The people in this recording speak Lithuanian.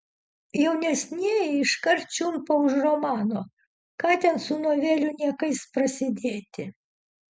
jaunesnieji iškart čiumpa už romano ką ten su novelių niekais prasidėti